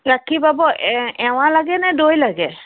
গাখীৰ পাব এ এৱা লাগেনে দৈ লাগে